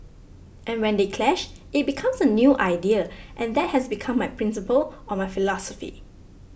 and when they clash it becomes a new idea and that has become my principle or my philosophy